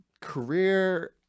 career